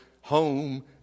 home